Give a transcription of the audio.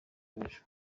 rw’ejo